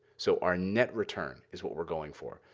so our net return is what we're going for,